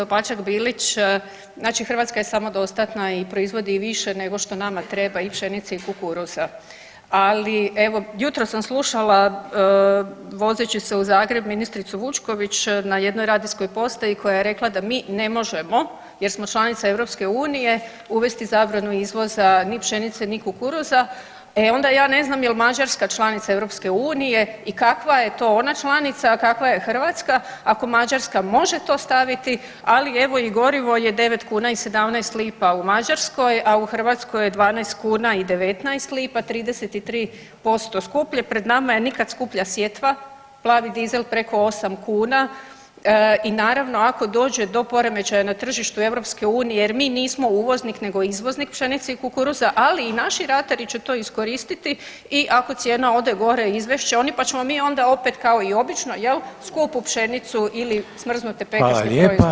Kolegice Opačak Bilić, znači Hrvatska je samodostatna i proizvodi i više nego što nama treba i pšenice i kukuruza, ali evo jutros sam slušala vozeći se u Zagreb ministricu Vučković na jednoj radijskoj postaji koja je rekla da mi ne možemo jer smo članica EU uvesti zabranu izvoza ni pšenice ni kukuruza, e onda ja ne znam jel Mađarska članica EU i kakva je to ona članica, a kakva je Hrvatska ako Mađarska to može staviti, ali evo i gorivo je 9 kuna i 17 lipa u Mađarskoj, a u Hrvatskoj je 12 kuna i 19 lipa, 33% skuplje, pred nama je nikad skuplja sjetva, plavi dizel preko 8 kuna i naravno ako dođe do poremećaja na tržištu EU jer mi nismo uvoznik nego izvoznik pšenice i kukuruza, ali i naši ratari će to iskoristiti i ako cijena ode gore izvest će oni, pa ćemo mi onda opet kao i obično jel skupu pšenicu ili smrznute pekarske proizvode uvoziti.